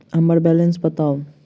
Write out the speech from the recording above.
हम्मर बैलेंस बताऊ